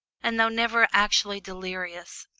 and though never actually delirious,